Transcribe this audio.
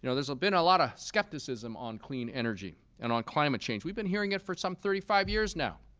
you know there's been a lot of skepticism on clean energy and on climate change. we've been hearing it for some thirty five years now.